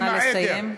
נא לסיים.